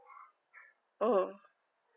mm